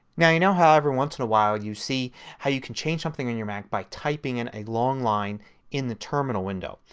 yeah you know how every once in a while you see how you can change something in your mac by typing in a long line in the terminal window.